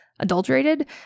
Adulterated